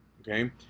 okay